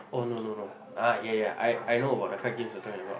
oh no no no ah yeah yeah I I know about the card games you're talking about